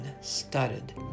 studded